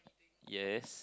yes